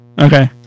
Okay